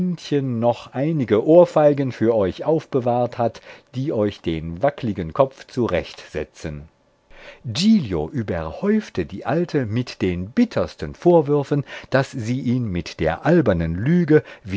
noch einige ohrfeigen für euch aufbewahrt hat die euch den wackligen kopf zurechtsetzen giglio überhäufte die alte mit den bittersten vorwürfen daß sie ihn mit der albernen lüge